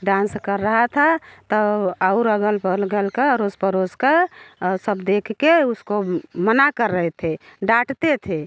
dance कर रहा था तौ और अग़ल बग़ल गल का आड़ोस पड़ोस का सब देख के उसको मना कर रहे थे डांटते थे